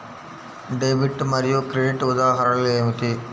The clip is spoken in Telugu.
డెబిట్ మరియు క్రెడిట్ ఉదాహరణలు ఏమిటీ?